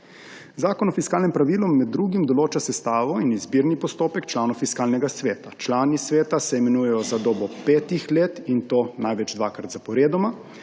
Zakon o fiskalnem pravilu med drugim določa sestavo in izbirni postopek članov Fiskalnega sveta. Člani sveta se imenujejo za dobo petih let, in to največ dvakrat zaporedoma,